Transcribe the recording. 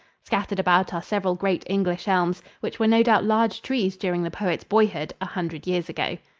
scattered about are several great english elms, which were no doubt large trees during the poet's boyhood, a hundred years ago.